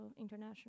international